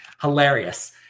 Hilarious